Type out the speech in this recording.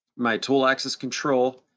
my tool axis control,